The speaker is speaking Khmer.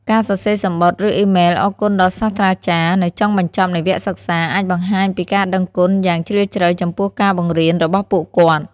ការសរសេរសំបុត្រ ឬអ៊ីមែលអរគុណដល់សាស្រ្តាចារ្យនៅចុងបញ្ចប់នៃវគ្គសិក្សា អាចបង្ហាញពីការដឹងគុណយ៉ាងជ្រាលជ្រៅចំពោះការបង្រៀនរបស់ពួកគាត់។